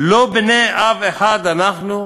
לא בני אב אחד אנחנו?